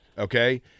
Okay